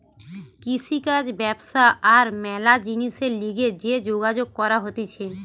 কৃষিকাজ ব্যবসা আর ম্যালা জিনিসের লিগে যে যোগাযোগ করা হতিছে